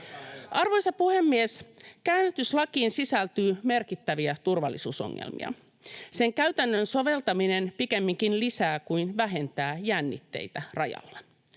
Arvoisa puhemies! Käännytyslakiin sisältyy merkittäviä turvallisuusongelmia. Sen käytännön soveltaminen pikemminkin lisää kuin vähentää jännitteitä rajalla.